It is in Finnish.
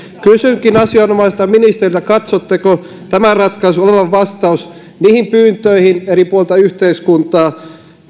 kysynkin asianomaiselta ministeriltä katsotteko tämän ratkaisun olevan vastaus niihin pyyntöihin eri puolilta yhteiskuntaa